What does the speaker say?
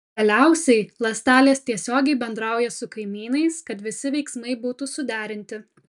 galiausiai ląstelės tiesiogiai bendrauja su kaimynais kad visi veiksmai būtų suderinti